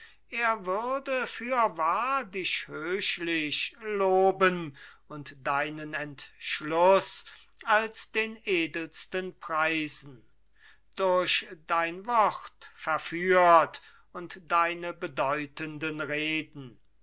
er würde fürwahr dich höchlich loben und deinen entschluß als den edelsten preisen durch dein wort verführt und deine bedeutenden reden